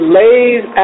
lays